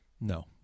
No